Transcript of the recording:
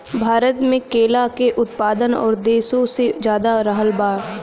भारत मे केला के उत्पादन और देशो से ज्यादा रहल बा